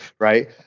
right